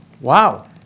wow